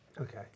Okay